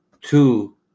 two